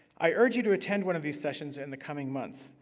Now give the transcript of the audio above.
i urge you to attend one of these sessions in the coming months.